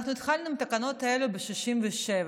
אנחנו התחלנו עם התקנות האלה ב-1967,